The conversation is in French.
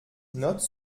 note